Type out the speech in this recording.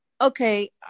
okay